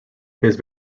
his